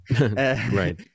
right